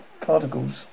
particles